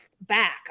back